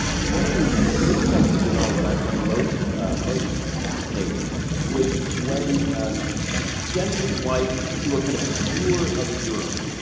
one of the insights of the novel that i found most most fascinating was when cem um and his wife do a kind of tour of europe,